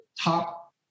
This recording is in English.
top